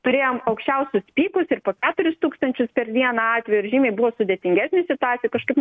turėjom aukščiausius pykus ir po keturis tūkstančius per dieną atvejų ir žymiai buvo sudėtingesnė situacija kažkaip